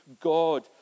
God